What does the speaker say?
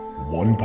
One